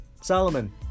Solomon